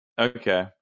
Okay